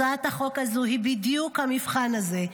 הצעת החוק הזו היא בדיוק המבחן הזה.